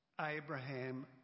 Abraham